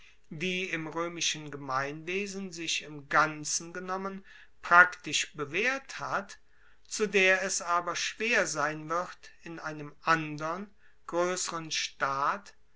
die im roemischen gemeinwesen sich im ganzen genommen praktisch bewaehrt hat zu der es aber schwer sein wird in einem andern groesseren staat